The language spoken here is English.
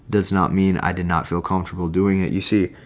does not mean i did not feel comfortable doing it. you see.